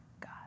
God